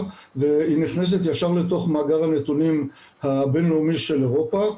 והיא נכנסת ישר לתוך מאגר הנתונים הבינלאומי של אירופה.